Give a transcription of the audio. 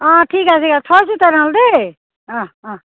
অঁ ঠিক আছে ঠিক আছে থৈছোঁ তেনেহ'লে দেই অঁ অঁ